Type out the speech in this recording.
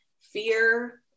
fear